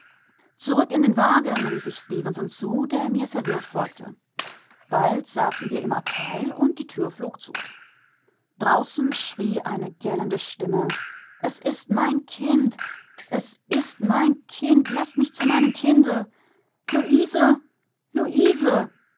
in den wagen rief ich stefenson zu der mir verwirrt folgte bald saßen wir im abteil und die tür flog zu draußen schrie eine gellende stimme es ist mein kind es ist mein kind laßt mich zu meinem kinde